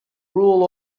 rule